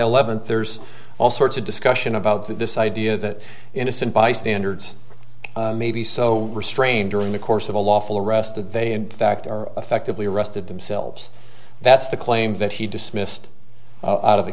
eleventh there's all sorts of discussion about this idea that innocent bystanders may be so restrained during the course of a lawful arrest that they in fact are effectively arrested themselves that's the claim that he dismissed out of the